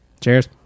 Cheers